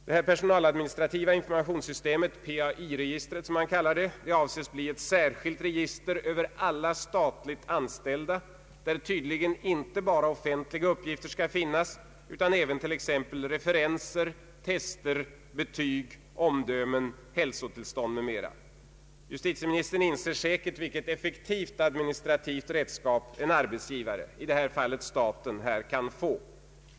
Det personaladministrativa informa tionssystemet, PAlI-registret som man kallar det, avses bli ett särskilt register över alla statligt anställda, där tydligen inte endast offentliga uppgifter skall finnas utan även t.ex. referenser, tester, betyg, omdömen, hälsotillstånd m.m. Justitieministern inser säkert vilket effektivt administrativt redskap en arbetsgivare, i detta fall staten, här kan få.